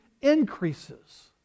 increases